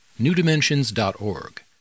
newdimensions.org